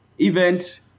event